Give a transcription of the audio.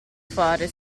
fare